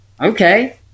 okay